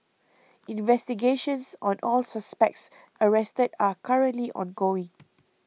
investigations on all suspects arrested are currently ongoing